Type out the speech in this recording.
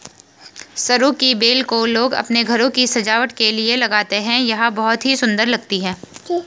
सरू की बेल को लोग अपने घरों की सजावट के लिए लगाते हैं यह बहुत ही सुंदर लगती है